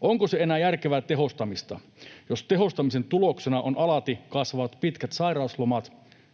Onko se enää järkevää tehostamista, jos tehostamisen tuloksena on alati kasvavat pitkät sairauslomat